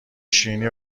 شیرینی